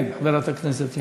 כן, חברת הכנסת יחימוביץ.